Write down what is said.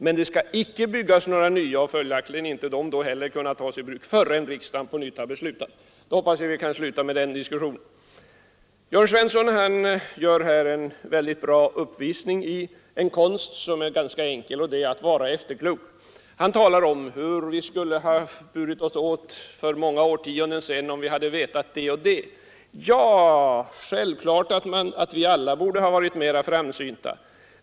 Men det skall icke byggas några nya, och följaktligen skall de då inte heller kunna tas i bruk förrän riksdagen på nytt har fattat ett beslut. — Jag hoppas att vi nu kan sluta med den diskussionen. Jörn Svensson i Malmö gjorde här en bra uppvisning i en konst som är ganska enkel, nämligen att vara efterklok. Han talade om hur vi skulle ha burit oss åt för många årtionden sedan, om vi hade vetat det och det. Ja, självfallet borde vi alla ha varit mera framsynta.